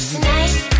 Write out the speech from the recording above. tonight